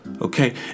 Okay